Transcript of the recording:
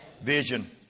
Vision